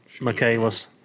Michaelis